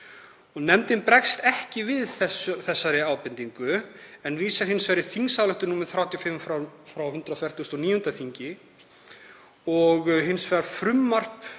Nefndin bregst ekki við þessari ábendingu en vísar annars vegar í þingsályktun nr. 35 frá 149. þingi og hins vegar frumvarp